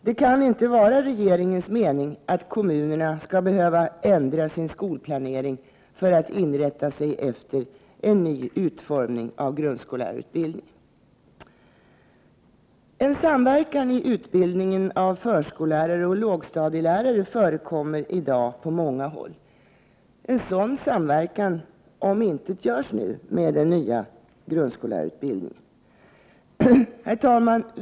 Det kan inte vara regeringens mening att kommunerna skall behöva ändra sin skolplanering för att inrätta sig efter en ny utformning av grundskollärarutbildningen. En samverkan i utbildningen av förskollärare och lågstadielärare förekommer i dag på många håll. En sådan samverkan omintetgörs av den nya grundskollärarutbildningen. Herr talman!